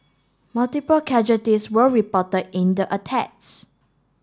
multiple casualties were reported in the attacks